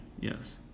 Yes